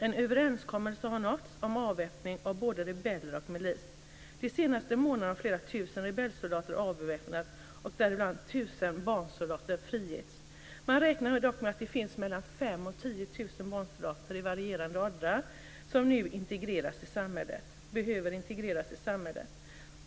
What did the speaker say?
En överenskommelse har nåtts om avväpning av både rebeller och milis. De senaste månaderna har flera tusen rebellsoldater avväpnats och tusen barnsoldater frigivits. Man räknar dock med att det finns mellan 5 000 och 10 000 barnsoldater i varierande åldrar som nu behöver integreras i samhället.